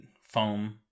foam